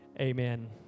amen